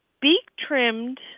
Beak-trimmed